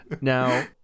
Now